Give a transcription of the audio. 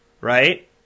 right